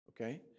Okay